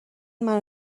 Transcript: منو